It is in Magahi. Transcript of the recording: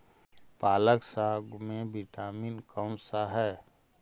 पालक साग में विटामिन कौन सा है?